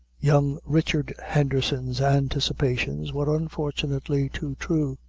young richard henderson's anticipations were, unfortunately, too true.